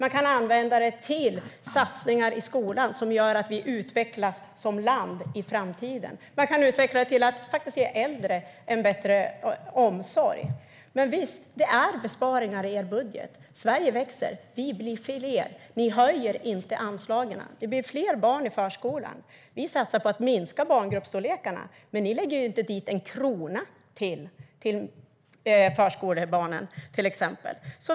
De kan användas till satsningar i skolan som gör att vi utvecklas som land i framtiden. De kan användas till att ge äldre en bättre omsorg. Nog är det besparingar i er budget. Trots att Sverige växer och vi blir fler höjer ni inte anslagen. Det blir fler barn i förskolan. Vi satsar på att minska storleken på barngrupperna, men ni lägger inte en krona extra på förskolebarnen.